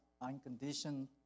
unconditioned